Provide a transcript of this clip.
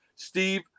Steve